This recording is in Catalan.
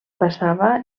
passava